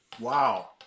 Wow